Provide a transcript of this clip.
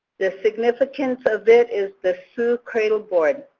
the significance of it is the sioux cradleboard,